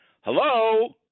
hello